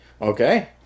Okay